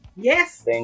yes